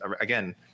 again